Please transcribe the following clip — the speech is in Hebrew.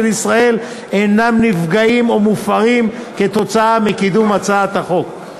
ישראל אינם נפגעים או מופרים כתוצאה מקידום הצעת החוק.